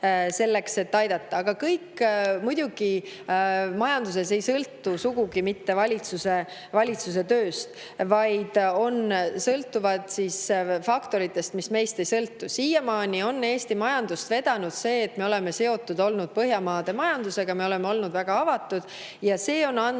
selleks et aidata. Aga kõik majanduses ei sõltu muidugi sugugi mitte valitsuse tööst, vaid sõltub faktoritest, mis meist ei sõltu. Siiamaani on Eesti majandust vedanud see, et me oleme olnud seotud Põhjamaade majandusega, me oleme olnud väga avatud ja see on andnud